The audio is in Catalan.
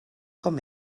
com